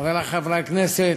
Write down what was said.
חברי חברי הכנסת,